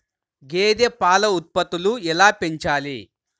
గేదె పాల ఉత్పత్తులు ఎలా పెంచాలి?